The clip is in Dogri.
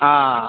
हां